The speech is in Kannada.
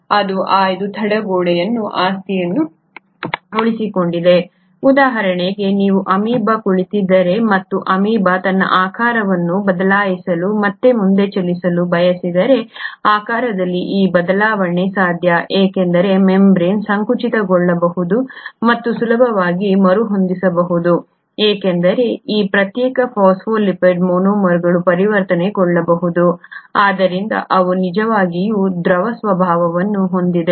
ಇದು ಆಯ್ದ ತಡೆಗೋಡೆ ಆಸ್ತಿಯನ್ನು ಉಳಿಸಿಕೊಂಡಿದೆ ಉದಾಹರಣೆಗೆ ನೀವು ಅಮೀಬಾ ಕುಳಿತಿದ್ದರೆ ಮತ್ತು ಅಮೀಬಾ ತನ್ನ ಆಕಾರವನ್ನು ಬದಲಾಯಿಸಲು ಮತ್ತು ಮುಂದೆ ಚಲಿಸಲು ಬಯಸಿದರೆ ಆಕಾರದಲ್ಲಿ ಈ ಬದಲಾವಣೆಯು ಸಾಧ್ಯ ಏಕೆಂದರೆ ಮೆಂಬರೇನ್ ಸಂಕುಚಿತಗೊಳ್ಳಬಹುದು ಮತ್ತು ಸುಲಭವಾಗಿ ಮರುಹೊಂದಿಸಬಹುದು ಏಕೆಂದರೆ ಈ ಪ್ರತ್ಯೇಕ ಫಾಸ್ಫೋಲಿಪಿಡ್ ಮೊನೊಮರ್ಗಳು ಪರಿವರ್ತನೆಗೊಳ್ಳಬಹುದು ಆದ್ದರಿಂದ ಅವು ನಿಜವಾಗಿಯೂ ದ್ರವ ಸ್ವಭಾವವನ್ನು ಹೊಂದಿವೆ